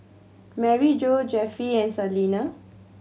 Maryjo Jeffie and Salina